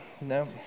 No